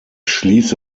schließe